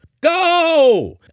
Go